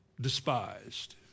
despised